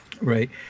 right